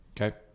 Okay